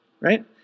Right